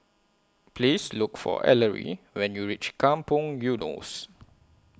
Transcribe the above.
Please Look For Ellery when YOU REACH Kampong Eunos